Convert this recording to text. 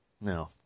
No